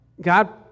God